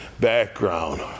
background